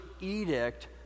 edict